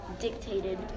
dictated